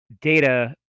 data